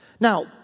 Now